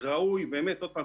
וראוי עוד פעם,